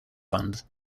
fund